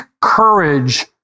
courage